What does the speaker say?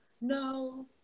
No